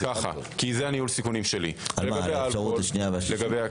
כי זה ניהול הסיכונים שלי לגבי הפריים פורמוליישן.